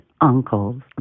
uncles